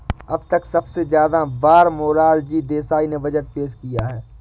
अब तक सबसे ज्यादा बार मोरार जी देसाई ने बजट पेश किया है